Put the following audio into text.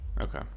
Okay